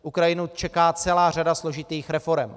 Ukrajinu čeká celá řada složitých reforem.